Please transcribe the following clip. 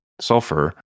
sulfur